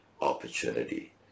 opportunity